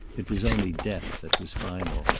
it was only death that was final.